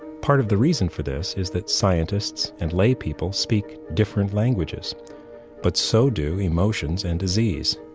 part of the reason for this is that scientists and lay people speak different languages but so do emotions and disease.